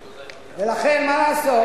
ולכן, מה לעשות,